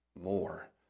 more